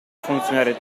funzionare